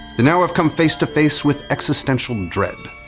they now have come face to face with existential dread,